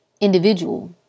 individual